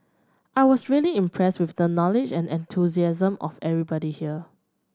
I was really impressed with the knowledge and enthusiasm of everybody here